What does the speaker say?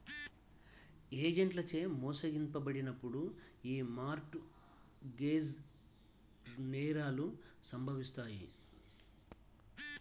ఏజెంట్లచే మోసగించబడినప్పుడు యీ మార్ట్ గేజ్ నేరాలు సంభవిత్తాయి